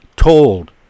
told